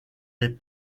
les